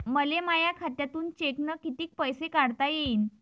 मले माया खात्यातून चेकनं कितीक पैसे काढता येईन?